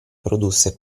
produsse